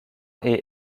est